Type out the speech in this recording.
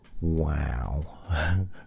Wow